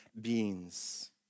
beings